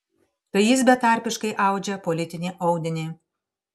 tai jis betarpiškai audžia politinį audinį